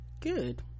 good